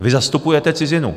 Vy zastupujete cizinu.